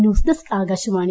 news desk Akashvani